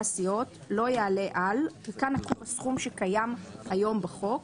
הסיעות לא יעלה על" כאן נקוב הסכום שקיים היום בחוק.